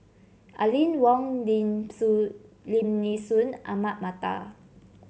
Aline Wong Lim Lim Nee Soon Ahmad Mattar